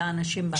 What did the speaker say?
לאנשים בהנהלה.